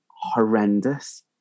horrendous